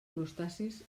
crustacis